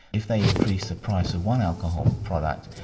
if they increase the price of one alcohol product,